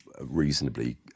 reasonably